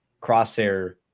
Crosshair